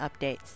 updates